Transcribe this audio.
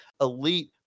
elite